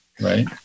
right